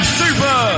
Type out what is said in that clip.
super